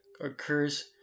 occurs